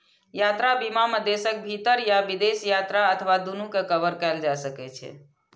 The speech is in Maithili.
यात्रा बीमा मे देशक भीतर या विदेश यात्रा अथवा दूनू कें कवर कैल जा सकै छै